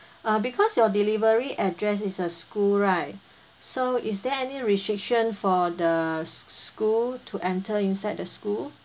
uh because your delivery address is a school right so is there any restriction for the s~ school to enter inside the school